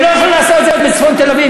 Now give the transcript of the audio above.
הם לא יכולים לעשות את זה בצפון תל-אביב.